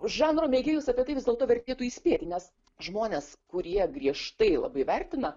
žanro mėgėjus apie tai vis dėlto vertėtų įspėti nes žmonės kurie griežtai labai vertina